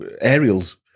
aerials